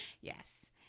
Yes